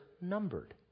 numbered